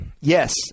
Yes